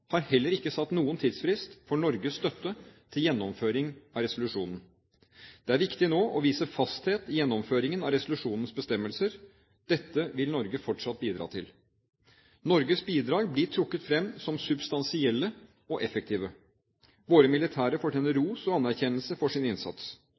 har heller ikke satt noen tidsfrist for Norges støtte til gjennomføring av resolusjonen. Det er viktig nå å vise fasthet i gjennomføringen av resolusjonens bestemmelser. Dette vil Norge fortsatt bidra til. Norges bidrag blir trukket fram som substansielle og effektive. Våre militære fortjener ros